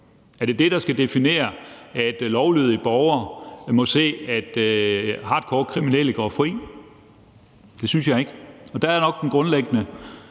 Er det det, der skal definere, at lovlydige borgere må se på, at hardcorekriminelle går fri? Det synes jeg ikke. Og der er der nok en grundlæggende